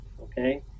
okay